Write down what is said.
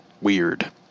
weird